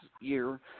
year